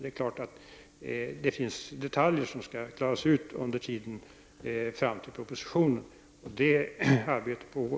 Det är klart att det finns detaljer som skall klaras ut under tiden fram tills propositionen lämnas. Det arbetet pågår.